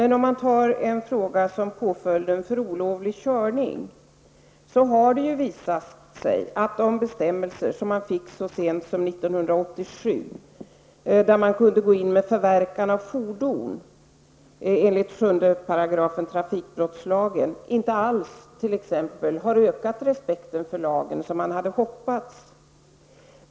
När det gäller påföljder för olovlig körning har det visat sig att de bestämmelser som kom så sent som 1987, där man kunde gå in med förverkande av fordon enligt 7 § trafikbrottslagen, inte alls har ökat respekten för lagen såsom man hade hoppats.